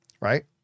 right